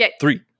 Three